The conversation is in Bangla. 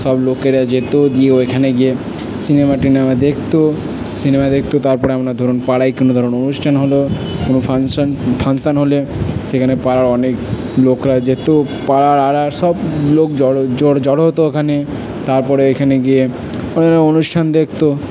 সব লোকেরা যেত দিয়ে ওইখানে গিয়ে সিনেমা টিনেমা দেখতো সিনেমায় দেখতো তারপরে আপনার ধরুন পাড়ায় কোনও ধরুন অনুষ্ঠান হল কোনও ফাংশন ফাংশন হলে সেখানে পাড়ার অনেক লোকরা যেত পাড়ার আড়ার সব লোক জড়ো জড়ো হতো ওখানে তারপরে এখানে গিয়ে ওনারা অনুষ্ঠান দেখতো